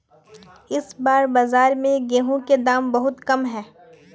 इस बार बाजार में गेंहू के दाम बहुत कम है?